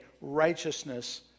righteousness